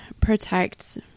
protect